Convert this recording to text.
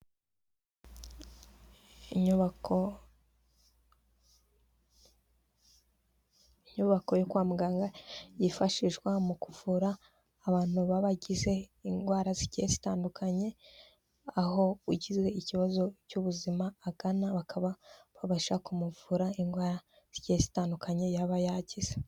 Inyubako inyubako yo kwa muganga yifashishwa mu kuvura abantu babantu b'aba bagize indwara zigiye zitandukanye aho ugize ikibazo cy'ubuzima agana bakaba babasha kumuvura ingwara zigiye zitandukanye yaba yagize.